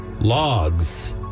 Logs